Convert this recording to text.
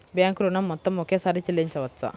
Bank ఋణం మొత్తము ఒకేసారి చెల్లించవచ్చా?